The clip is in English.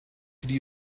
could